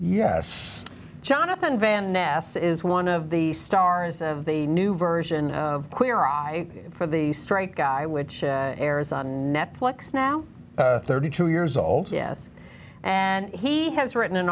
yes jonathan van ness is one of the stars of the new version of queer eye for the straight guy which airs on netflix now thirty two years old yes and he has written an